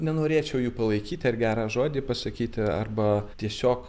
nenorėčiau jų palaikyti ar gerą žodį pasakyti arba tiesiog